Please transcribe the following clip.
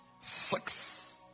six